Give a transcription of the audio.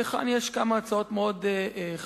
כאן יש כמה הצעות חשובות מאוד.